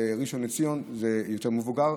ובראשון לציון זה יותר מבוגר.